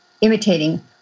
imitating